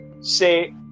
say